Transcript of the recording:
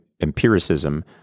empiricism